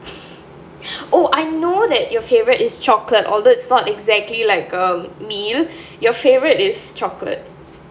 oh I know that your favourite is chocolate although it's not exactly like a meal your favourite is chocolate